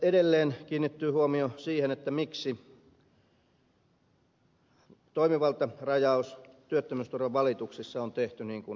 edelleen kiinnittyy huomio siihen miksi toimivaltarajaus työttömyysturvavalituksissa on tehty niin kuin on tehty